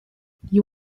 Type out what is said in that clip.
you